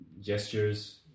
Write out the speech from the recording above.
gestures